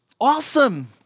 Awesome